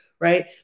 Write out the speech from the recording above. right